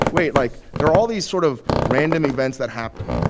wait, like, there are all these sort of random events that happened,